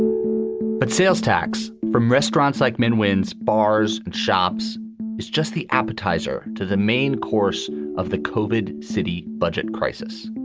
but sales tax from restaurants like men wins bars and shops is just the appetizer to the main course of the coated city budget crisis.